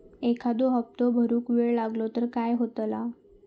एखादो हप्तो भरुक वेळ लागलो तर काय होतला?